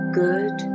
good